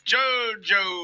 Jojo